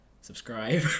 subscribe